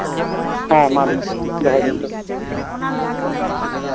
ᱦᱮᱸ ᱢᱟ ᱫᱚᱦᱚᱭᱫᱤᱧ ᱛᱚᱵᱮ